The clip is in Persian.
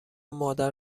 مادر